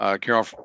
Carol